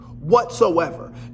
Whatsoever